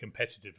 competitively